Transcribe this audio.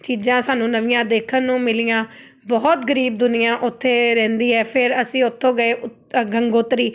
ਚੀਜ਼ਾਂ ਸਾਨੂੰ ਨਵੀਆਂ ਦੇਖਣ ਨੂੰ ਮਿਲੀਆਂ ਬਹੁਤ ਗਰੀਬ ਦੁਨੀਆਂ ਉੱਥੇ ਰਹਿੰਦੀ ਹੈ ਫਿਰ ਅਸੀਂ ਉੱਥੋਂ ਗਏ ਉ ਗੰਗੋਤਰੀ